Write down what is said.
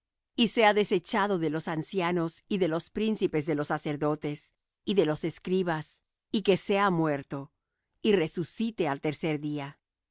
y sea desechado de los ancianos y de los príncipes de los sacerdotes y de los escribas y que sea muerto y resucite al tercer día